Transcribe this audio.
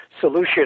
solution